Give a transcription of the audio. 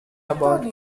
about